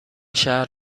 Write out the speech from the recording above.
شهر